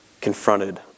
confronted